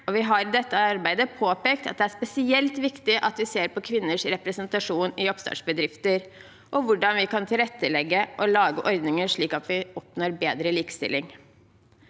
vi har i dette arbeidet påpekt at det er spesielt viktig at vi ser på kvinners representasjon i oppstartsbedrifter, og hvordan vi kan tilrettelegge og lage ordninger slik at vi oppnår bedre likestilling.